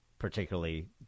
particularly